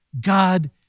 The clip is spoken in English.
God